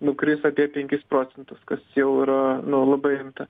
nukris apie penkis procentus kas jau yra nu labai rimta